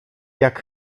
jak